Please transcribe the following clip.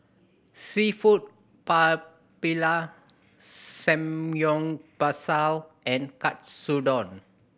Seafood Paella Samgeyopsal and Katsudon